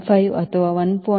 15 ಅಥವಾ 1